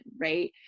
right